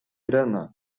rena